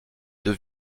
deux